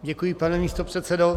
Děkuji, pane místopředsedo.